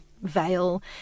veil